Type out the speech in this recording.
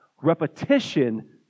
repetition